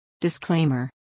Disclaimer